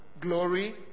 glory